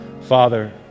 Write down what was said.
Father